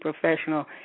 professional